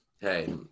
Hey